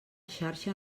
xarxa